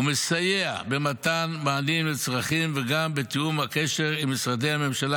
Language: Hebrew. ומסייע במתן מענים לצרכים וגם בתיאום הקשר עם משרדי הממשלה